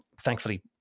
thankfully